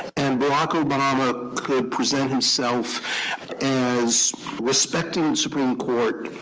and barack obama could present himself as respecting the supreme court,